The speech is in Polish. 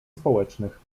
społecznych